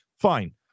fine